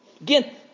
Again